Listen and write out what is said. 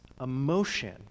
emotion